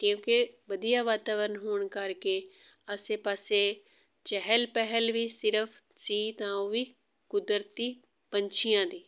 ਕਿਉਂਕਿ ਵਧੀਆ ਵਾਤਾਵਰਣ ਹੋਣ ਕਰਕੇ ਆਸੇ ਪਾਸੇ ਚਹਿਲ ਪਹਿਲ ਵੀ ਸਿਰਫ ਸੀ ਤਾਂ ਉਹ ਵੀ ਕੁਦਰਤੀ ਪੰਛੀਆਂ ਦੀ